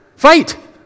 Fight